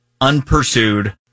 unpursued